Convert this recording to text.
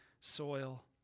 soil